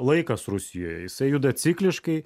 laikas rusijoje jisai juda cikliškai